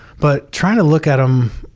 but trying to look at um